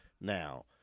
now